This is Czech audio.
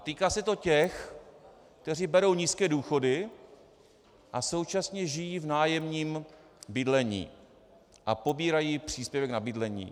Týká se to těch, kteří berou nízké důchody a současně žijí v nájemním bydlení a pobírají příspěvek na bydlení.